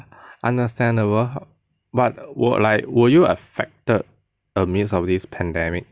understandable but were like were you affected amidst of this pandemic